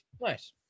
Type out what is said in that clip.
Nice